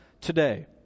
today